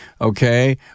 okay